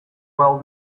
well